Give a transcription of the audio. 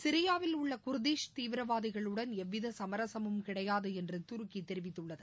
சிரியாவில் உள்ள குர்தீஷ் தீவிரவாதிகளுடன் எவ்வித சுமரசமும் கிடையாது என்று துருக்கி தெரிவித்துள்ளது